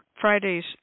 Fridays